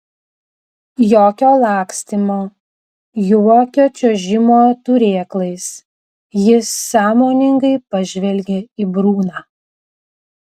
jokio lakstymo jokio čiuožimo turėklais jis sąmoningai pažvelgė į bruną